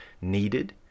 needed